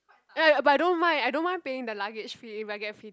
ya but I don't mind I don't mind paying the luggage fee if I get free t_v